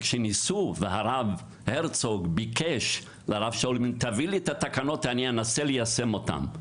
כשהרב הרצוג ביקש שיביאו לו את התקנות כדי שינסה ליישם אותן,